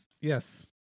Yes